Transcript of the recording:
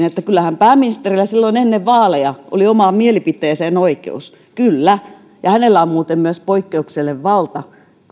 että kyllähän pääministerillä silloin ennen vaaleja oli omaan mielipiteeseen oikeus kyllä ja hänellä on muuten myös poikkeuksellinen valta